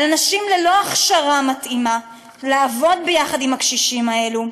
על אנשים ללא הכשרה מתאימה לעבוד עם הקשישים האלה,